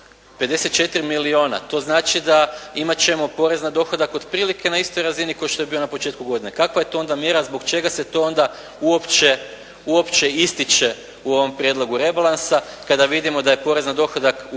54 milijuna, to znači da imat ćemo porez na dohodak otprilike na istoj razini kao što je bio na početku godine. Kakva je to onda mjera? Zbog čega se to onda uopće ističe u ovom prijedlogu rebalansa kada vidimo da je porez na dohodak povećano